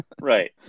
right